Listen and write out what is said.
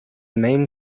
main